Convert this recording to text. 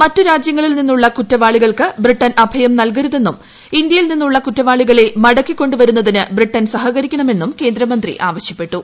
മറ്റു രാജ്യങ്ങളിൽ നിന്നുള്ള കുറ്റവാളികൾക്ക് ബ്രിട്ടൺ അഭയം നൽകരുതെന്നും ഇന്ത്യയിൽ നിന്നുള്ള കുറ്റവാളികളെ മടക്കി കൊണ്ടു വരുന്നതിന് ബ്രിട്ടൻ സഹകരിക്കണമെന്നും കേന്ദ്രമന്ത്രി ആവശ്യപ്പെട്ടു